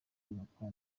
yubaka